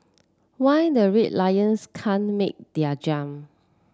why the Red Lions can't make their jump